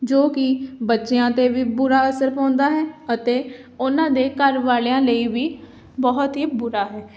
ਜੋ ਕਿ ਬੱਚਿਆਂ 'ਤੇ ਵੀ ਬੁਰਾ ਅਸਰ ਪਾਉਂਦਾ ਹੈ ਅਤੇ ਉਹਨਾਂ ਦੇ ਘਰ ਵਾਲਿਆਂ ਲਈ ਵੀ ਬਹੁਤ ਹੀ ਬੁਰਾ ਹੈ